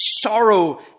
sorrow